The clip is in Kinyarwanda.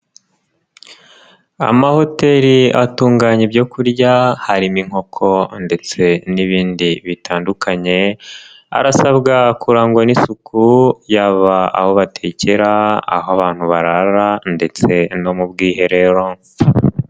Amahoteli atunganya ibyo kurya harimo inkoko ndetse n'ibindi bitandukanye, arasabwa kurangwa n'isuku, yaba aho batekera, aho abantu barara ndetse no mu bwiherero.